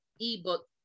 ebook